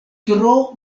tro